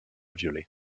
violets